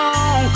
on